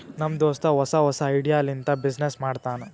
ನಮ್ ದೋಸ್ತ ಹೊಸಾ ಹೊಸಾ ಐಡಿಯಾ ಲಿಂತ ಬಿಸಿನ್ನೆಸ್ ಮಾಡ್ತಾನ್